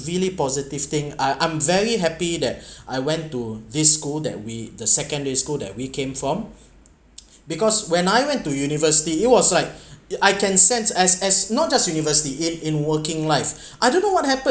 really positive thing I I'm very happy that I went to this school that we the secondary school that we came from because when I went to university it was like I can sense as as not just university in in working life I don't know what happened